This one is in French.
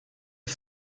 est